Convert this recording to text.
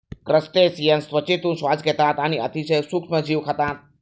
crustaceans त्वचेतून श्वास घेतात आणि अतिशय सूक्ष्म जीव खातात